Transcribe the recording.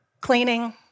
cleaning